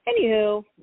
anywho